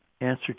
answer